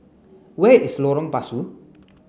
where is Lorong Pasu